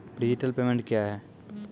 Digital payment क्या हैं?